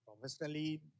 professionally